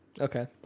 Okay